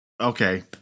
okay